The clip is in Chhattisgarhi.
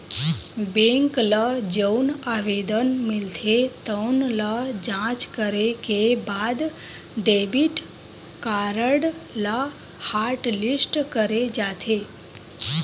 बेंक ल जउन आवेदन मिलथे तउन ल जॉच करे के बाद डेबिट कारड ल हॉटलिस्ट करे जाथे